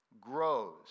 grows